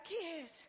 kids